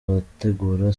abategura